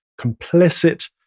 complicit